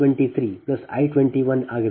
ಅದು I 24 I 23 I 21 ಆಗಿರುತ್ತದೆ ಸರಿ